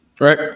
right